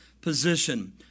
position